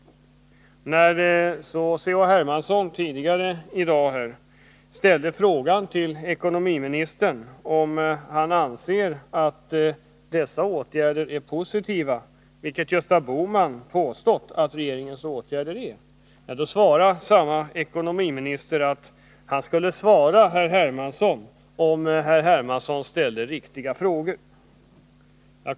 När så C.-H. Hermansson tidigare i dag ställde frågan till ekonomiministern om han anser att dessa åtgärder är positiva — vilket Gösta Bohman påstått att regeringens åtgärder är — sade samme ekonomiminister att han skulle svara herr Hermansson, om herr Hermansson ställer ”riktiga” frågor.